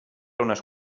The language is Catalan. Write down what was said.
unes